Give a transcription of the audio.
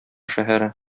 шәһәре